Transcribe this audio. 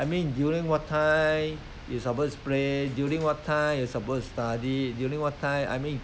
I mean during what time you supposed to play during what time you supposed to study during what time I mean